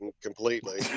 completely